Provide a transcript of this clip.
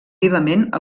vivament